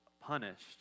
punished